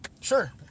sure